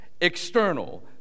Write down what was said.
external